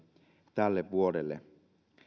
tälle vuodelle